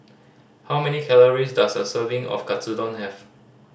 how many calories does a serving of Katsudon have